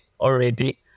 already